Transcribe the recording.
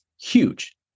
huge